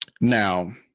Now